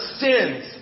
sins